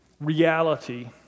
reality